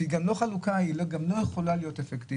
שהיא גם לא יכולה להיות אפקטיבית,